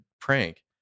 prank